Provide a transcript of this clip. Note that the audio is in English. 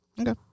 Okay